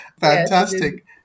Fantastic